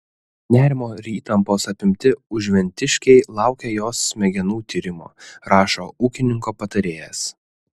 nerimo ir įtampos apimti užventiškiai laukia jos smegenų tyrimo rašo ūkininko patarėjas